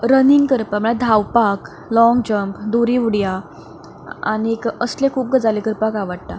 running करपाक म्हणल्यार धांवपाक लॉंग जंप दुरी उडया आनी असले खूब गजाली करपाक आवडटा